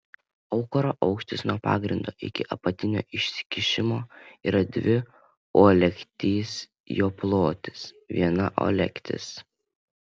aukuro aukštis nuo pagrindo iki apatinio išsikišimo yra dvi uolektys jo plotis viena uolektis